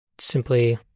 simply